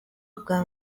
ubwa